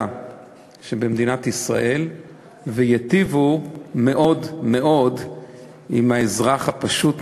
במדינת ישראל וייטיבו מאוד מאוד עם האזרח הפשוט,